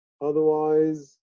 otherwise